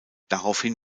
daraufhin